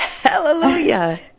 Hallelujah